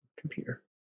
computer